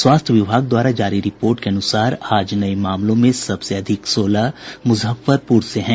स्वास्थ्य विभाग द्वारा जारी रिपोर्ट के अनुसार आज नये मामलों में सबसे अधिक सोलह मुजफ्फरपुर से हैं